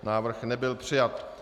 Návrh nebyl přijat.